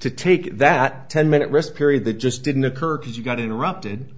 to take that ten minute rest period that just didn't occur because you got interrupted